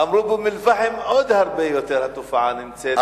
אמרו שבאום-אל-פחם התופעה קיימת במידה רבה יותר,